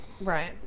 Right